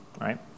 Right